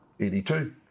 82